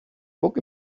book